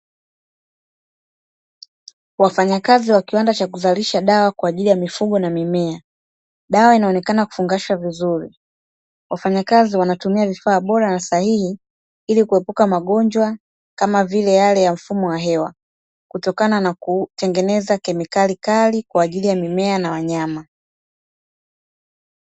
Wafanya kazi wa kiwanda Cha kuzalisha dawa kwaajili mifugo na mimea , dawa inaonekana kufungashwa vizur. Wafanyakazi wanatumia vifaa Bora na sahihi ilikuepuka magonjwa kama vile Yale ya mfumo wa hewa kutokana na kutengeneza kemikali kali kwa ajili ya mimea na wanyama .